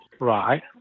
Right